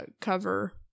cover